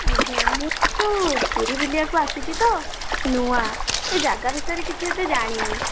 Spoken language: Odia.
ଆଜ୍ଞା ମୁଁ ପୁରୀ ବୁଲିବାକୁ ଆସିଛି ତ ନୂଆ ଏ ଯାଗା ବିଷୟରେ କିଛି ଏତେ ଜାଣିନି